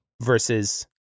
versus